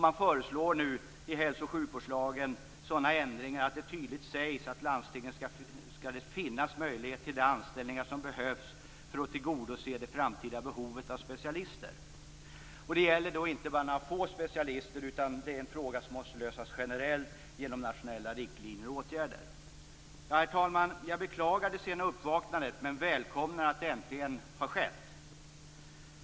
Man föreslår nu sådana ändringar i hälso och sjukvårdslagen att det tydligt sägs att det i landstingen skall finnas möjligheter till de anställningar som behövs för att tillgodose det framtida behovet av specialister. Det gäller då inte bara några få specialister, utan det är en fråga som måste lösas generellt genom nationella riktlinjer och åtgärder. Herr talman! Jag beklagar det sena uppvaknandet men välkomnar att det äntligen har skett.